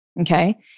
Okay